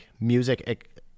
music